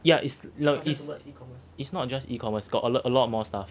yeah it's like it's it's not just e-commerce got a lot a lot more stuff